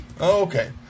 Okay